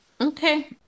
Okay